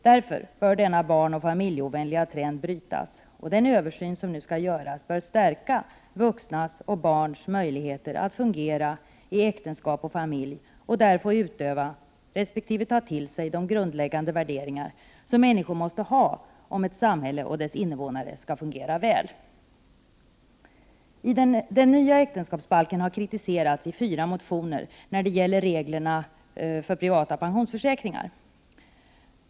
Därför bör denna barnoch familjeovänliga trend brytas, och den översyn som nu skall göras bör stärka vuxnas och barns möjligheter att fungera i äktenskap och familj och där få utöva resp. ta till sig de grundläggande värderingar som människor måste ha om ett samhälle och dess invånare skall fungera väl. Den nya äktenskapsbalken har kritiserats i fyra motioner när det gäller reglerna för privata pensionsförsäkringar.